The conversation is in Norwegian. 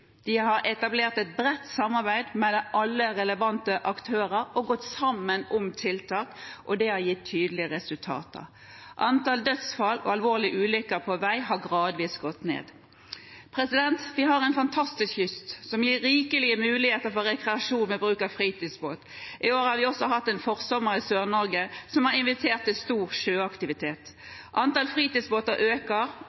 De har etablert et bredt samarbeid med alle relevante aktører, som har gått sammen om tiltak, og det har gitt tydelige resultater. Antallet dødsfall og alvorlige ulykker på veiene har gradvis gått ned. Vi har en fantastisk kyst, som gir rikelige muligheter for rekreasjon med bruk av fritidsbåt. I år har vi hatt en forsommer i Sør-Norge som har invitert til stor sjøaktivitet.